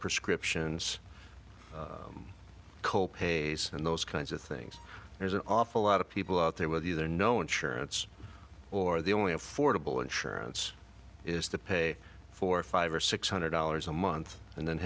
prescriptions co pays and those kinds of things there's an awful lot of people out there with either no insurance or the only affordable insurance is to pay for five or six hundred dollars a month and then